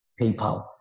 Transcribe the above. PayPal